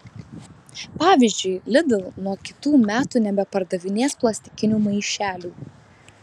pavyzdžiui lidl nuo kitų metų nebepardavinės plastikinių maišelių